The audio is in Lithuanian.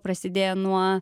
prasidėjo nuo